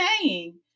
saying-